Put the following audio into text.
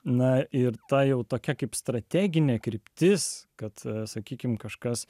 na ir tą jau tokia kaip strateginė kryptis kad sakykime kažkas